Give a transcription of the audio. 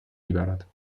میبرد